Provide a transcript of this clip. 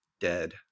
dead